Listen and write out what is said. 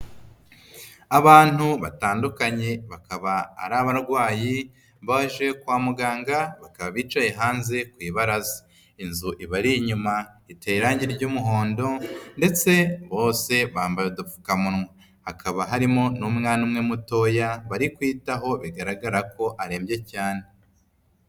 Abantu batandukanye bakaba ari abarwayi baje kwa muganga bakaba bicaye hanze ku ibaraza, inzu ibari inyuma iteye irangi ry'umuhondo ndetse bose bambaye udupfukamunwa, hakaba harimo n'umwana umwe mutoya bari kwitaho, bigaragara ko arembye cyane.